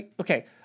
Okay